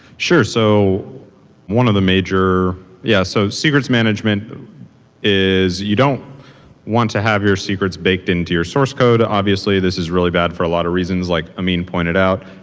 sure. so one of the major yeah, so secrets management is you don't want to have your secrets baked into your source code. obviously, this is really bad for a lot of reasons, like amine pointed out.